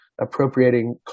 appropriating